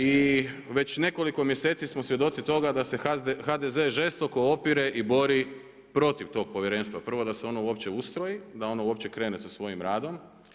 I već nekoliko mjeseci smo svjedoci toga da se HDZ žestoko opire i bori protiv tog povjerenstva, prvo da se ono uopće ustroji, da ono uopće krene sa svojim radom.